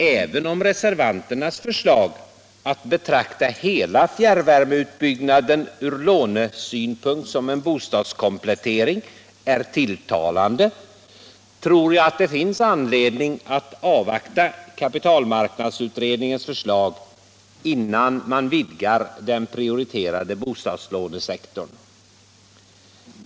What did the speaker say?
Även om reservanternas förslag om att betrakta hela fjärrvärmeutbyggnaden från lånesynpunkt som en bostadskomplettering är tilltalande, tror jag att det finns anledning att avvakta kapitalmarknadsutredningens förslag innan man vidgar den prioriterade bostadslånesektorn.